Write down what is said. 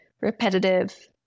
repetitive